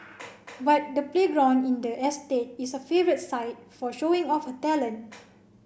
but the playground in the estate is favourite site for showing off her talent